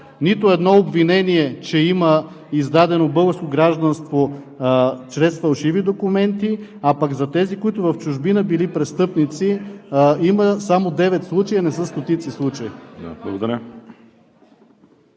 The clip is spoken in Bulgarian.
нито едно обвинение, че има издадено българско гражданство чрез фалшиви документи, а пък за тези, които в чужбина били престъпници, има само девет случая, не са стотици случаите.